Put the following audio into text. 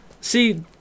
See